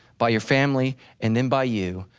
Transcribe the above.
by your family and then by you,